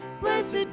blessed